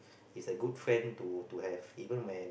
he's a good friend to to have even when